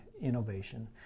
innovation